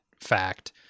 fact